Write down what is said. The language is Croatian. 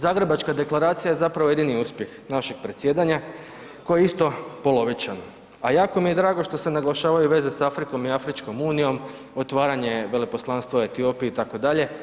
Zagrebačka deklaracija je zapravo jedini uspjeh našeg predsjedanja koji je isto polovičan, a jako mi je drago što se naglašavaju veze s Afrikom i Afričkom unijom, otvaranje Veleposlanstva u Etiopiji itd.